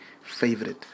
favorite